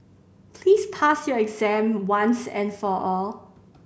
please pass your exam once and for all